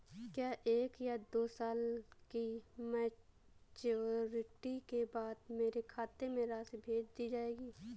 क्या एक या दो साल की मैच्योरिटी के बाद मेरे खाते में राशि भेज दी जाएगी?